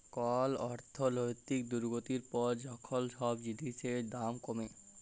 call অর্থলৈতিক দুর্গতির পর যখল ছব জিলিসের দাম কমে